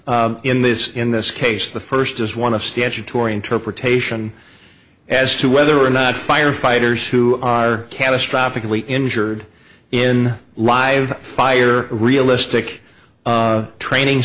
in this in this case the first is one of statutory interpretation as to whether or not firefighters who are catastrophic and we injured in live fire realistic training